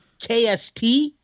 KST